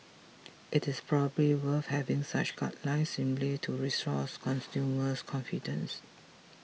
it is probably worth having such guidelines simply to restore consumer confidence